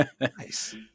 Nice